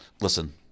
Listen